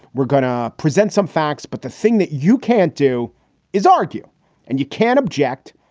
we're going to present some facts. but the thing that you can't do is argue and you can't object.